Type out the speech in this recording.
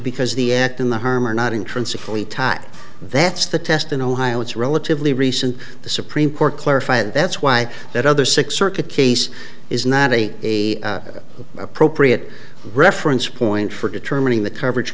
because the air in the harm are not intrinsically tied that's the test in ohio it's relatively recent the supreme court clarify and that's why that other six circuit case is not a a appropriate reference point for determining the coverage